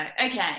Okay